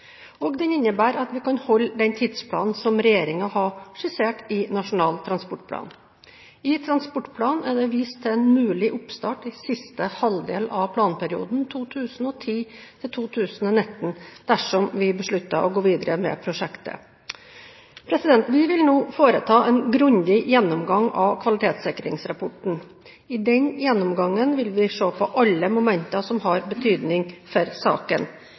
Den innebærer at vi kan holde den tidsplanen som regjeringen har skissert i Nasjonal transportplan. I transportplanen er det vist til en mulig oppstart i siste halvdel av planperioden 2010–2019, dersom vi beslutter å gå videre med prosjektet. Vi vil nå foreta en grundig gjennomgang av kvalitetssikringsrapporten. I den gjennomgangen vil vi se på alle momenter som har betydning for